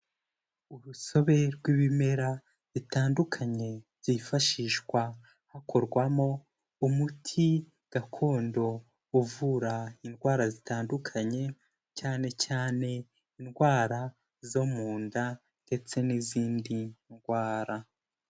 Urusobe rw'ibimera bitandukanye byifashishwa hakorwamo umuti gakondo uvura indwara zitandukanye, cyane cyane indwara zo mu nda ndetse n'izindi ndwara.